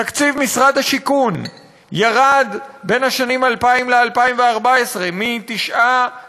תקציב משרד השיכון ירד בשנים 2000 2014 מ-9.9